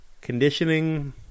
conditioning